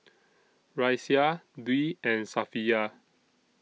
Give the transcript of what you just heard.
Raisya Dwi and Safiya